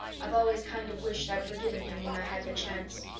i've always kind of wished i'd forgiven him when i had the chance.